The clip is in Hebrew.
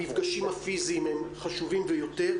המפגשים הפיזיים חשובים ביותר,